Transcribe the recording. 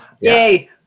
Yay